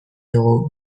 dugu